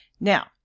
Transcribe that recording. now